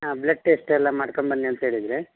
ಹಾಂ blood test ಎಲ್ಲ ಮಾಡ್ಕಂಡ್ಬನ್ನಿ ಅಂತ ಹೇಳಿದ್ರಿ